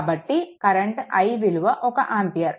కాబట్టి current i విలువ 1 ampere